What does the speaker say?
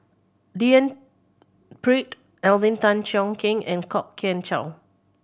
D N Pritt Alvin Tan Cheong Kheng and Kwok Kian Chow